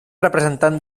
representant